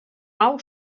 pau